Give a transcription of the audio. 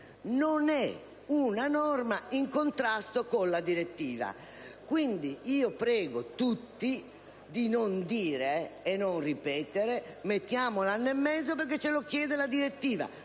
non è una norma in contrasto con la direttiva. Quindi, prego tutti di non ripetere che bisogna stabilire l'anno e mezzo perché ce lo chiede la direttiva.